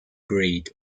breed